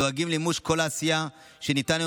ודואגים למימוש כל העשייה שניתן היה